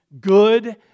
good